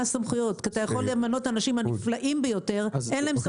אתה יכול למנות את האנשים הנפלאים ביותר אבל אין להם סמכות.